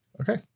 okay